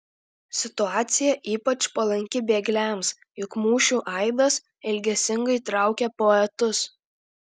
situacija ypač palanki bėgliams juk mūšių aidas ilgesingai traukia poetus